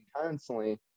constantly